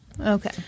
Okay